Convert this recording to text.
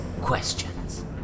questions